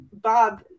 Bob